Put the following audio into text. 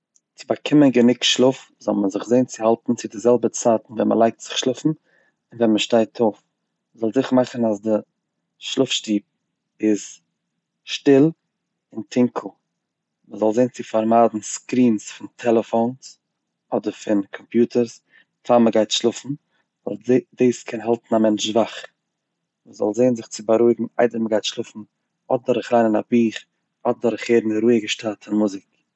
צו באקומען גענוג שלאף זאל מען זיך זען צו האלטן צו די זעלבע צייטן ווען מ'לייגט זיך שלאפן און ווען מ'שטייט אויף, מ'זאל זיכער מאכו אז די שלאף שטוב איז שטיל און טונקל, מ'זאל זען צו פארמיידן סקרינס פון טעלעפאנס אדער פון קאמפיוטערס פאר מ'גייט שלאפן, ווייל דאס קען האלטן א מענטש וואך, מ'זאל זען זיך צו בארואיגן איידער מען גייט שלאפן אדער דורכ'ן ליינען א בוך אדער דורך הערן רואיגע שטייטע מוזיק.